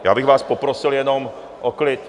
Já bych vás poprosil jenom o klid.